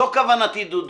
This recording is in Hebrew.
זו כוונתי, דודו.